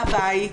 מהבית,